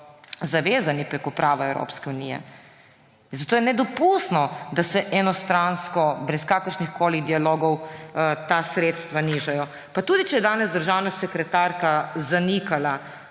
zavezani prek prava Evropske unije. Zato je nedopustno, da se enostransko, brez kakršnihkoli dialogov ta sredstva nižajo. Pa tudi če je danes državna sekretarka zanikala,